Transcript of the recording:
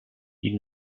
ils